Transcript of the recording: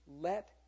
let